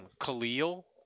khalil